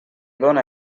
dóna